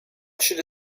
should